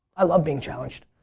i love being challenged.